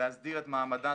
להסדיר את מעמדה,